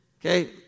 okay